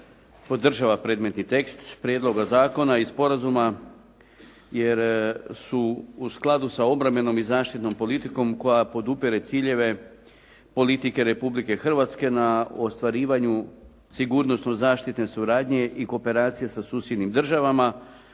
podržava predmetni tekst prijedloga zakona i sporazuma, jer su u skladu sa obranom i zaštitnom politikom koja podupire ciljeve politike Republike Hrvatske na ostvarivanu sigurnosno zaštitne suradnje i kooperacije sa susjednim državama,